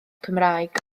cymraeg